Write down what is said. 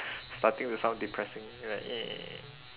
starting to sound depressing like